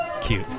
Cute